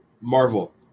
Marvel